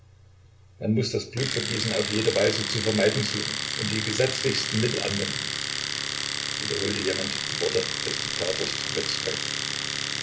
man muß das blutvergießen auf jede weise zu vermeiden suchen und die gesetzlichsten mittel anwenden wiederholte jemand die worte des diktators